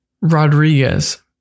Rodriguez